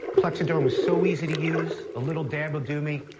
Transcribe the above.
plexaderm was so easy to use, a little dab will do me.